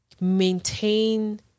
maintain